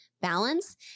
balance